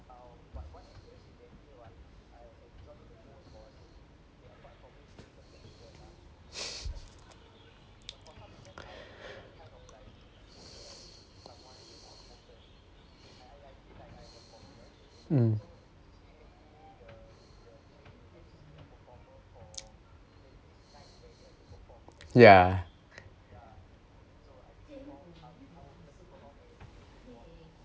mm yeah